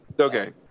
Okay